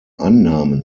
annahmen